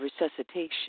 resuscitation